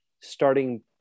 starting